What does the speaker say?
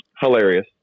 hilarious